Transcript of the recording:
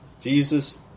Jesus